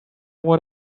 what